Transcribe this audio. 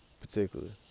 particularly